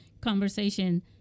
conversation